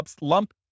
lump